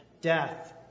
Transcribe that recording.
Death